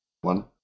One